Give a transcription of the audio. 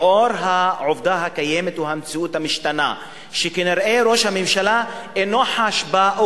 לאור העובדה הקיימת או המציאות המשתנה שכנראה ראש הממשלה אינו חש בה,